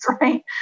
right